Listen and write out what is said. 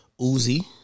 Uzi